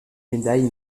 médaille